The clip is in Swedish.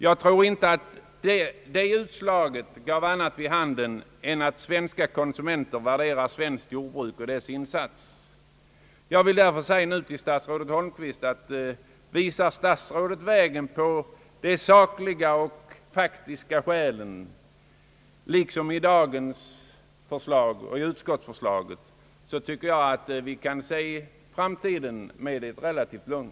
Jag tror inte att den gav annat vid handen än att de svenska konsumenterna värderar svenskt jordbruk och dess insatser. Visar statsrådet Holmqvist vägen med sakliga och faktiska skäl på samma sätt som gjorts i utskottsförslagen, tror jag vi kan se framtiden an med relativt lugn.